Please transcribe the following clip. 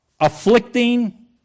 afflicting